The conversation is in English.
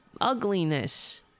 ugliness